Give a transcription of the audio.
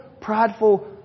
prideful